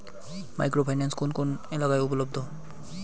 Micro finance কোন কোন এলাকায় উপলব্ধ?